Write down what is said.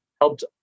helped